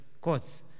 courts